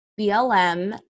blm